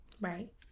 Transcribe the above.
Right